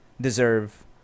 deserve